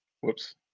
Whoops